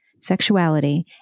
sexuality